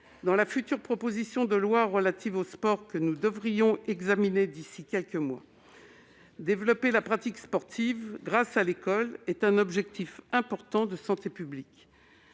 de la proposition de loi relative au sport, qui devrait avoir lieu dans quelques mois. Développer la pratique sportive grâce à l'école est un objectif important de santé publique.